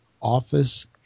Office